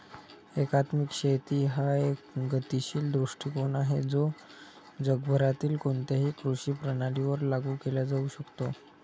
एकात्मिक शेती हा एक गतिशील दृष्टीकोन आहे जो जगभरातील कोणत्याही कृषी प्रणालीवर लागू केला जाऊ शकतो